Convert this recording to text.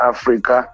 Africa